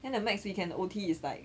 then the max we can O_T is like